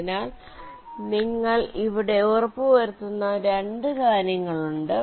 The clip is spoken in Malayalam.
അതിനാൽ നിങ്ങൾ ഇവിടെ ഉറപ്പുവരുത്തുന്ന 2 കാര്യങ്ങൾ ഉണ്ട്